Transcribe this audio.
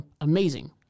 Amazing